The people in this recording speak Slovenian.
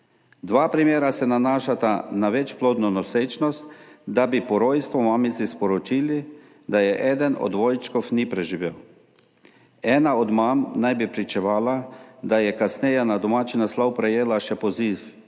Dva primera se nanašata na večplodno nosečnost, kjer so po rojstvu mamici sporočili, da eden od dvojčkov ni preživel. Ena od mam naj bi pričevala, da je kasneje na domači naslov prejela še poziv